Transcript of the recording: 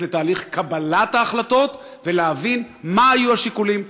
לתהליך קבלת ההחלטות ויבין מה היו השיקולים,